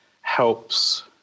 helps